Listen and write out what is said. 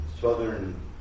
southern